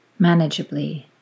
manageably